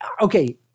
Okay